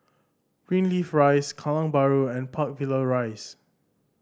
Greenleaf Rise Kallang Bahru and Park Villa Rise